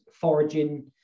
foraging